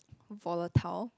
volatile